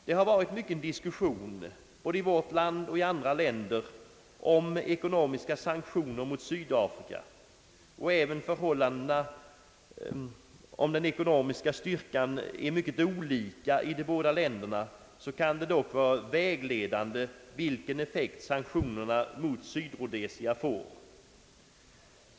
Det har rått mycken diskussion både i vårt land och i andra länder om ekonomiska sanktioner mot Sydafrika, och även om förhållandena och den ekonomiska styrkan är mycket olika i de båda länderna, kan det dock vara vägledande vilken effekt sanktionerna mot Rhodesia får.